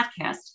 podcast